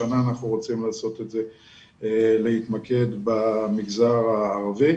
השנה אנחנו רוצים להתמקד במגזר הערבי